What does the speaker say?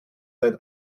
seit